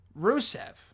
Rusev